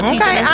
Okay